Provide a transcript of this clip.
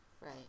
Right